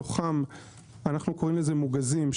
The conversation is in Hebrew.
מתוכם אנו קוראים לזה מוגזים,